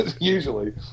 usually